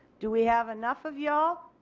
do we have enough of y'all?